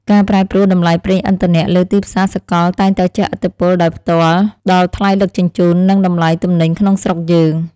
ការប្រែប្រួលតម្លៃប្រេងឥន្ធនៈលើទីផ្សារសកលតែងតែជះឥទ្ធិពលដោយផ្ទាល់ដល់ថ្លៃដឹកជញ្ជូន និងតម្លៃទំនិញក្នុងស្រុកយើង។